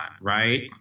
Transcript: right